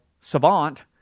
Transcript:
savant